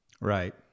Right